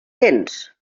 tens